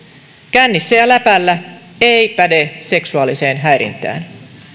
kännissä ja läpällä ei päde seksuaaliseen häirintään